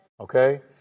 Okay